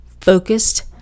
focused